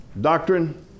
Doctrine